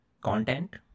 content